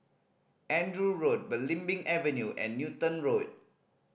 Andrew Road Belimbing Avenue and Newton Road